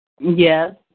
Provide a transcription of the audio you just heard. Yes